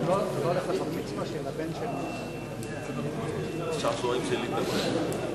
החשובה לשחרר מאגרי מידע לטובת הציבור.